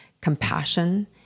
compassion